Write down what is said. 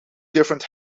different